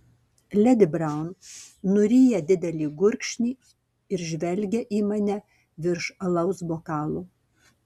ledi braun nuryja didelį gurkšnį ir žvelgia į mane virš alaus bokalo